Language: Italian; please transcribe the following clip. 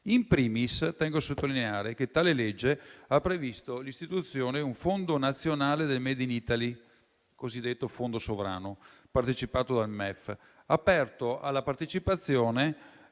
*In primis*, tengo a sottolineare che tale legge ha previsto l'istituzione del Fondo nazionale del *made in Italy*, cosiddetto fondo sovrano, partecipato dal MEF, aperto alla partecipazione